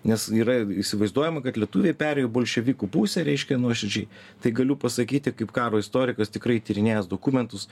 nes yra įsivaizduojama kad lietuviai perėjo į bolševikų pusę reiškia nuoširdžiai tai galiu pasakyti kaip karo istorikas tikrai tyrinėjęs dokumentus